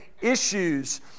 issues